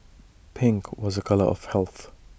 pink was A colour of health